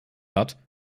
hat